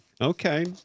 Okay